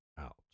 out